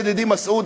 ידידי מסעוד,